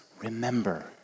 remember